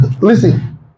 Listen